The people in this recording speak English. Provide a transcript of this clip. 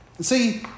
See